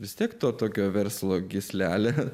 vis tiek to tokio verslo gyslelę kad